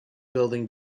building